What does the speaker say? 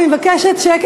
אני מבקשת שקט,